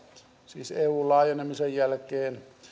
siis eun laajenemisen jälkeen